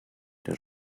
der